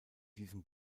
diesem